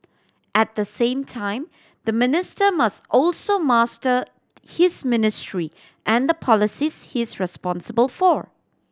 at the same time the minister must also master his ministry and the policies he is responsible for